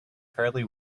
fairly